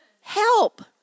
help